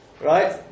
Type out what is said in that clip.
right